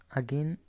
again